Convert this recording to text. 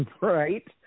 Right